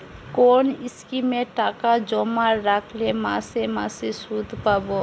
কোন স্কিমে টাকা জমা রাখলে মাসে মাসে সুদ পাব?